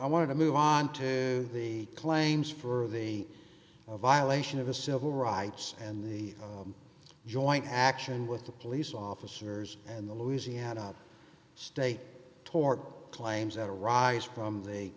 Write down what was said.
i want to move on to the claims for the violation of a civil rights and the joint action with the police officers and the louisiana state tort claims that arise from the